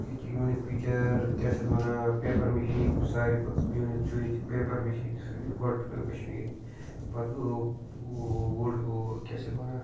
ییٚتہِ چھِ unique feature کیٛاہ چھِ اَتھ وَنان پیپر مِشیٖن ساروی کھۄتہٕ یوٗنیٖک چھُ ییٚتہِ چھِ پیپَر مِشیٖن گۄڈٕ پٮ۪ٹھ کَشمیٖری پَتہٕ گوٚو وُڈ کیٛاہ چھِ اَتھ وَنان